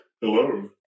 Hello